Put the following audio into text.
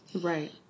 Right